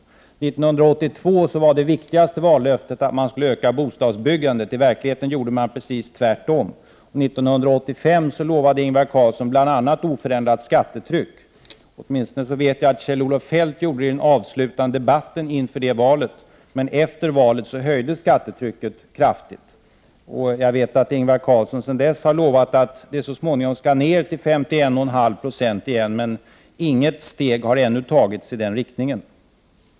1982 var det viktigaste vallöftet att man skulle öka bostadsbyggandet. I verkligheten gjorde man precis tvärtom. 1985 lovade Ingvar Carlsson bl.a. oförändrat skattetryck. Jag vet åtminstone att Kjell-Olof Feldt gjorde det i den avslutande debatten inför valet det året. Men efter valet höjdes skattetrycket kraftigt, och jag vet att Ingvar Carlsson sedan dess har lovat att skatten så småningom skall ner till 51,5 26 igen. Inget steg har emellertid ännu tagits i den riktningen.